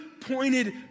pointed